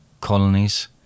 colonies